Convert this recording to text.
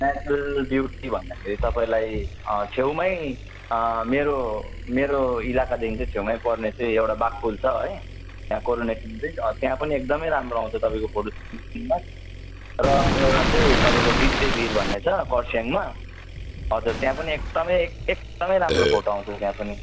natural beauty भन्दाखेरि तपाईँलाई छेउमै मेरो मेरो मेरो इलाकादेखि चाहिँ छेउमै पर्ने चाहिँ एउटा बाघपुल छ है त्यहाँ कोरोनेसन ब्रिज त्यहाँ पनि एकदमै राम्रो आउँछ तपाईँको फोटो निस्किँदा र एउटा चाहिँ तपाईँको गिद्धे भिर भन्ने छ खरसाङमा हजुर त्यहाँ पनि एकदमै एकदमै राम्रो फोटो आउँछ त्यहाँ पनि